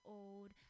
old